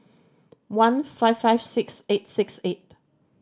one five five six eight six eight